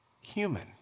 human